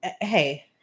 hey